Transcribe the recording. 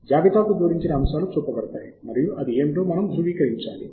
జాబితాకు జోడించిన అంశాలు చూపబడతాయి మరియు అవి ఏమిటో మనము ధృవీకరించాలి